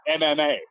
MMA